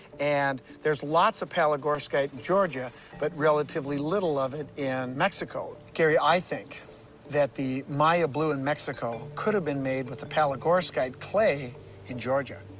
and there's lots of palygorskite in georgia but relatively little of it in mexico. gary, i think that the maya blue in mexico could have been made with the palygorskite clay in georgia.